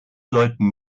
sollten